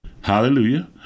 Hallelujah